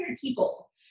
people